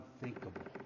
unthinkable